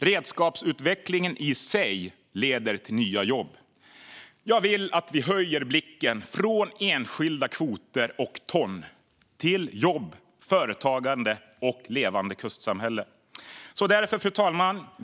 Redskapsutveckling i sig leder till nya jobb. Jag vill att vi höjer blicken från enskilda kvoter och ton till jobb, företagande och levande kustsamhällen.